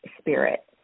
spirit